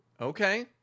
Okay